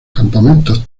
campamentos